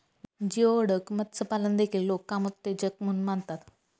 geoduck मत्स्यपालन देखील लोक कामोत्तेजक म्हणून मानतात